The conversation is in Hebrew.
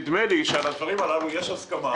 נדמה לי שעל הדברים הללו יש הסכמה.